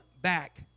back